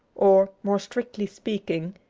or, more strictly speaking,